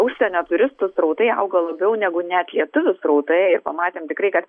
užsienio turistų srautai augo labiau negu net lietuvių srautai ir pamatėm tikrai kad